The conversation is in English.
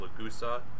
Lagusa